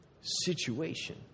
situation